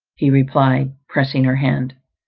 he replied, pressing her hand.